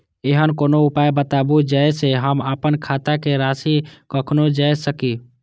ऐहन कोनो उपाय बताबु जै से हम आपन खाता के राशी कखनो जै सकी?